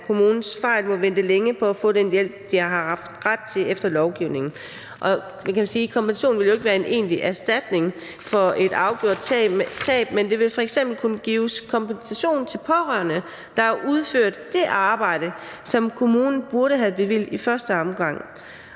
af kommunens fejl må vente længe på at få den hjælp, de har haft ret til efter lovgivningen. Jeg kan også sige, at kompensationen jo ikke vil være en egentlig erstatning for et afgjort tab, men der vil f.eks. kunne gives kompensation til pårørende, der har udført det arbejde, som kommunen burde have bevilget i første omgang.